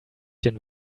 den